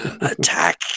attack